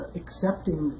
accepting